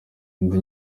indi